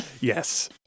Yes